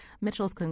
Mitchell's